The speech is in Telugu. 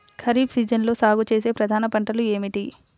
ఖరీఫ్ సీజన్లో సాగుచేసే ప్రధాన పంటలు ఏమిటీ?